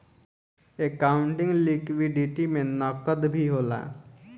accounting liquidity में नकद भी होला